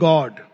God